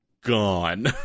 gone